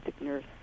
nurse